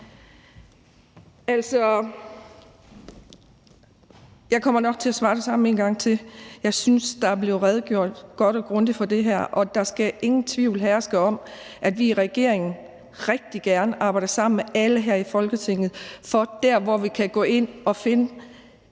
Jeg kommer nok til at svare det samme en gang til: Jeg synes, der er blevet redegjort godt og grundigt for det her, og der skal ingen tvivl herske om, at vi i regeringen rigtig gerne arbejder sammen med alle her i Folketinget der, hvor vi kan gå ind og finde